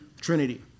Trinity